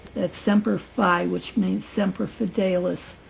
semper fi, which means semper fidelis,